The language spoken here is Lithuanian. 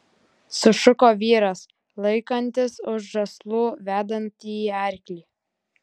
sušuko vyras laikantis už žąslų vedantįjį arklį